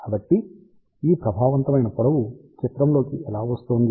కాబట్టి ఈ ప్రభావవంతమైన పొడవు చిత్రంలోకి ఎలా వస్తోంది